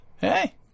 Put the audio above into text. hey